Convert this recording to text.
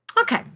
Okay